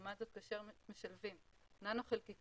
לעומת זאת כאשר משלבים ננו חלקיקים